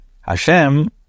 Hashem